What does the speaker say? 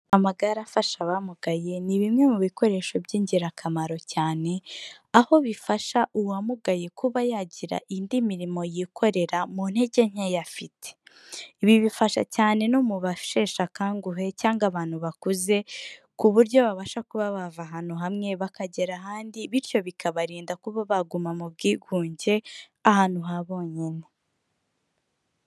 Amagare afasha abamugaye, ni bimwe mu bikoresho b'ingirakamaro cyane, aho bifasha uwamugaye kuba yagira indi mirimo yikorera, mu ntege nkeya afite. Ibi bifasha cyane no mu basheshe akanguhe, cyangwa abantu bakuze, ku buryo babasha kuba bava ahantu hamwe bakagera ahandi, bityo bikabarinda kuba baguma mu bwigunge, ahantu ha bonyine.